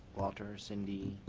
walter, cindy.